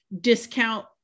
discount